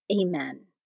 Amen